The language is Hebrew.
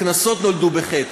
הקנסות נולדו בחטא,